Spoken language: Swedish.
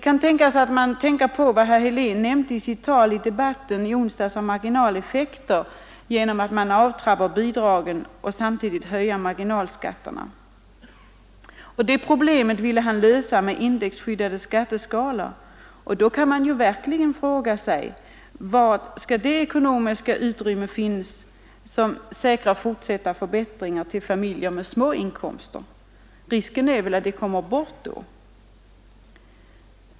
Kanske åsyftar man vad herr Helén nämnde i sitt anförande i debatten i onsdags om marginaleffekter genom avtrappade bidrag och samtidigt höjda marginalskatter. Herr Helén ville lösa det problemet med indexskyddade skatteskalor, och då kan man verkligen fråga sig: Var skall det ekonomiska utrymme finnas som säkrar fortsatta förbättringar till familjer med små inkomster? Risken är väl att de kommer bort.